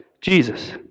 Jesus